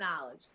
knowledge